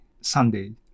Sunday